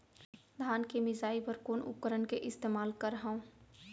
धान के मिसाई बर कोन उपकरण के इस्तेमाल करहव?